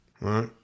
right